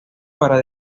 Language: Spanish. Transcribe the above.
para